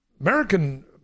American